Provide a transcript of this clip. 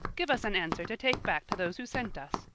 give us an answer to take back to those who sent us.